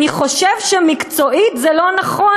אני חושב שמקצועית זה לא נכון,